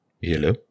Hello